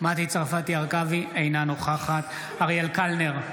אינה נוכחת אריאל קלנר,